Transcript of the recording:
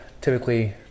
typically